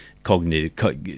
cognitive